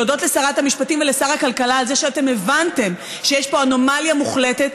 להודות לשרת המשפטים ולשר הכלכלה על זה שהבנתם שיש פה אנומליה מוחלטת,